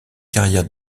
carrières